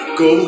go